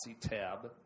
Tab